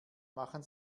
machen